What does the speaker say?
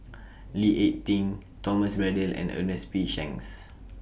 Lee Ek Tieng Thomas Braddell and Ernest P Shanks